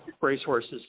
racehorses